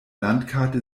landkarte